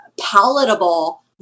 palatable